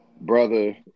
Brother